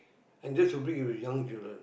and this would bring you to your young children